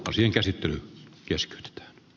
tosin käsittely keskeyt t